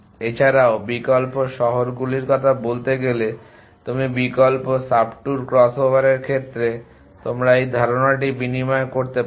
এছাড়াও বিকল্প শহরগুলির কথা বলতে গেলে তুমি বিকল্প সাবট্যুর ক্রসওভার এর ক্ষেত্রে তোমরা এই ধারণাটি বিনিময় করতে পারো